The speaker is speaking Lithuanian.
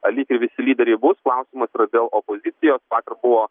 ar likę visi lyderiai bus klausimas yra dėl opozicijos vakar buvo